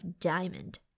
diamond